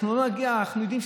אנחנו לא נגיע אנחנו יודעים,